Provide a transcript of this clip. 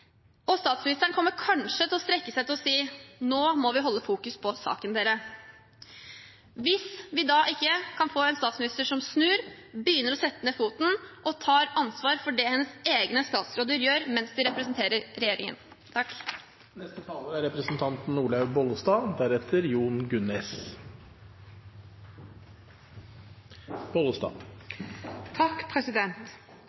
og statsministeren kommer kanskje til å strekke seg til å si at nå må vi fokusere på saken, dere – hvis vi da ikke kan få en statsminister som snur, som begynner å sette ned foten og ta ansvar for det hennes egne statsråder gjør mens de representerer regjeringen.